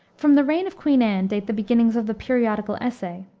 from the reign of queen anne date the beginnings of the periodical essay.